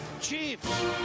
Chiefs